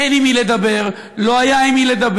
אין עם מי לדבר, לא היה עם מי לדבר.